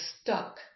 stuck